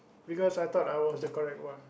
because I thought I was the correct one